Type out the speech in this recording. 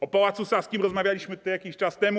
O Pałacu Saskim rozmawialiśmy tutaj jakiś czas temu.